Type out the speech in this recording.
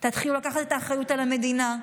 תתחילו לקחת את האחריות על המדינה,